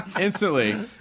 Instantly